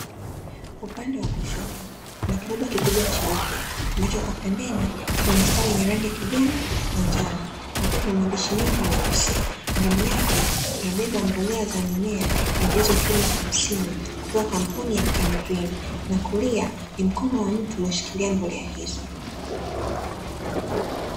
Upande wa kushoto kuna kiloba kikubwa cheupe, ambacho kwa pembeni kina mistari ya rangi ya kijani na njano, na pia kuna maandishi mengi meusi, ndani yake kimebeba mbolea za mimea yenye ujazo wa kilo hamsini kutoka kampuni ya 'kendrini' na kulia ni mkono wa mtu ulioshikilia mbolea hizo.